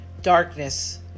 Darkness